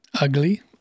ugly